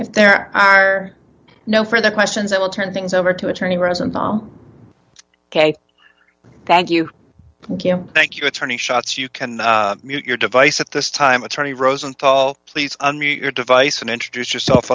if there are no further questions i will turn things over to attorney rosenthal ok thank you thank you thank you attorney shots you can use your device at this time attorney rosenthal please your device and introduce yourself